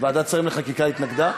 אני יודע מה הייתה,